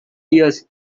years